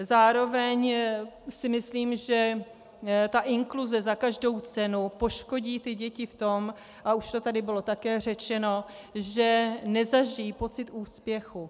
Zároveň si myslím, že inkluze za každou cenu poškodí děti v tom, a už to tady bylo také řečeno, že nezažijí pocit úspěchu.